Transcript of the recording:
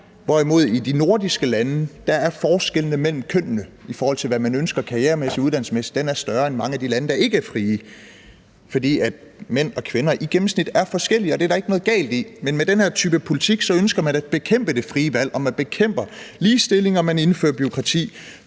derimod i de nordiske lande er sådan, at forskellene mellem kønnene, i forhold til hvad man ønsker karrieremæssigt og uddannelsesmæssigt, er større end i mange af de lande, der ikke er frie, fordi mænd og kvinder i gennemsnit er forskellige, hvilket der ikke noget galt i. Men med den her type politik ønsker man at bekæmpe det frie valg, og man bekæmper ligestilling, og man indfører bureaukrati